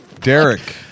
Derek